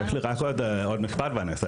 יש לי רק עוד משפט ואני אסיים.